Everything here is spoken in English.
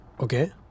Okay